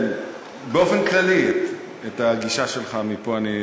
באופן כללי, את הגישה שלךָ מפה אני אאמץ.